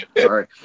Sorry